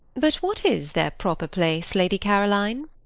but what is their proper place, lady caroline?